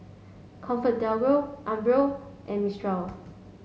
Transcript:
comfort Delgro Umbro and Mistral